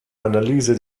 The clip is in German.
analyse